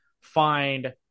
find